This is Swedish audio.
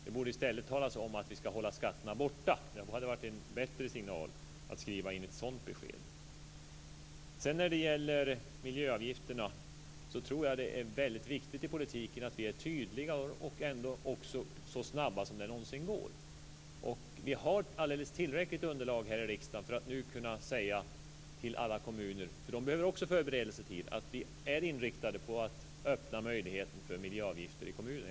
Det borde i stället ha talats om att vi skall hålla skatterna borta. Det hade varit en bättre signal att skriva in ett sådant besked. När det gäller miljöavgifterna tror jag att det är väldigt viktigt i politiken att vi är tydliga och ändå så snabba som det någonsin går. Vi har alldeles tillräckligt underlag här i riksdagen för att kunna säga till alla kommuner, för de behöver också förberedelsetid, att vi är inriktade på att öppna möjligheten för miljöavgifter i kommunerna.